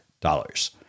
dollars